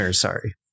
sorry